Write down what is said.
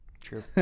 True